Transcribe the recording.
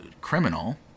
criminal